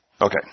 Okay